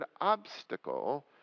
obstacle